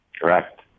Correct